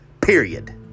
Period